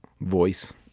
voice